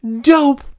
dope